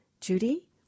Judy